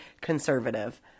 conservative